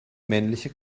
männliche